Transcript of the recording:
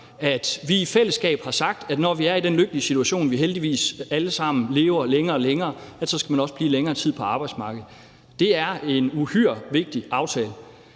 at vi i fællesskab har sagt, at når vi er i den lykkelige situation, at vi heldigvis alle sammen lever længere og længere, ja, så skal man også blive længere tid på arbejdsmarkedet. Det er en uhyre vigtig aftale.